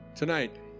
tonight